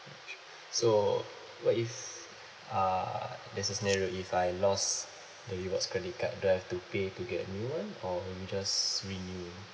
mm sure so what is uh there's a scenario if I lost the rewards credit card do I have to pay to get a new one or will you just renew